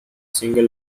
single